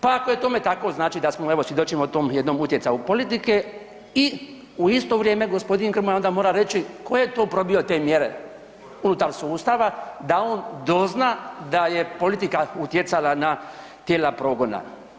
Pa ako je tome tako znači da smo, evo svjedočimo tom jednom utjecaju politike i u isto vrijeme gospodin Grmoja onda mora reći tko je to probio te mjere unutar sustava da on dozna da je politika utjecala na tijela progona.